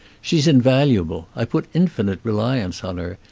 she's invaluable. i put in finite reliance on her.